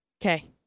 Okay